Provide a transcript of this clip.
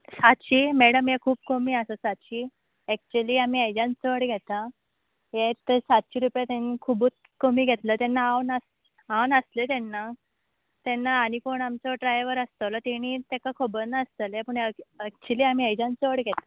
सातशी मॅडम हे खूब कमी आसा सातशी एक्चली आमी हेज्यान चड घेता हे त सातशी रुपया तेनी खुबूत कमी घेतला तेन्ना हांव नास हांव नासलें तेन्ना तेन्ना आनी कोण आमचो ड्रायवर आसतोलो तेणी तेका खबर नासतलें पूण अ अक्चली आमी हेज्यान चड घेता